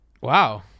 Wow